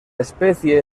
especie